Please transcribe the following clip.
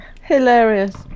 hilarious